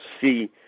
see